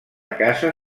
casa